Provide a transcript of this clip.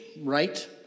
right